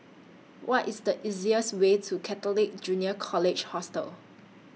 What IS The easiest Way to Catholic Junior College Hostel